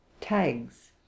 tags